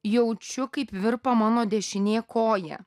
jaučiu kaip virpa mano dešinė koja